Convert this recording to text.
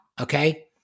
okay